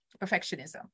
Perfectionism